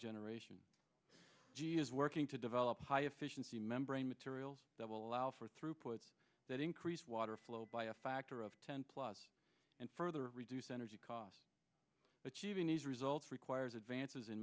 generation g e is working to develop high efficiency membrane materials that will allow for throughput that increase water flow by a factor of ten plus and further reduce energy costs achieving these results requires advances in